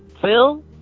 phil